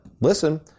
listen